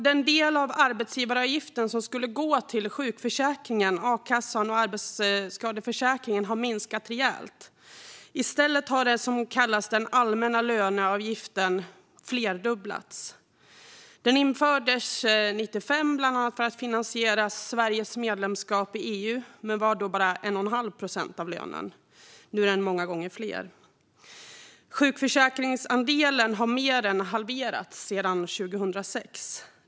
Den del av arbetsgivaravgiften som ska gå till sjukförsäkringen, a-kassan och arbetsskadeförsäkringen har minskat rejält. I stället har det som kallas den allmänna löneavgiften flerdubblats. Den infördes 1995, bland annat för att finansiera Sveriges medlemskap i EU, men var då bara 1 1⁄2 procent av lönen. Nu är den många gånger större. Sjukförsäkringsandelen har mer än halverats sedan 2006.